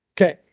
Okay